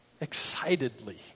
excitedly